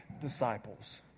disciples